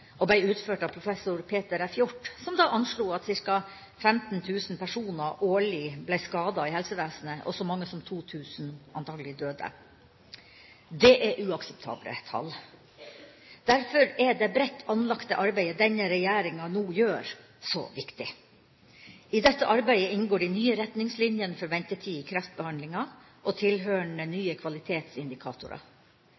og ble utført av professor Peter F. Hjort, som da anslo at ca. 15 000 personer årlig ble skadet i helsevesenet, og at så mange som 2 000 antakelig døde. Det er uakseptable tall. Derfor er det bredt anlagte arbeidet denne regjeringa nå gjør, så viktig. I dette arbeidet inngår de nye retningslinjene for ventetider i kreftbehandlinga og tilhørende